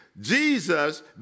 Jesus